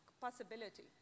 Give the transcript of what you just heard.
possibility